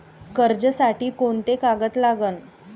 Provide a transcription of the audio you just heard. कर्जसाठी कोंते कागद लागन?